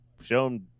shown